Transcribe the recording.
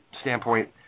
standpoint